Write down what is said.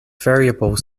variable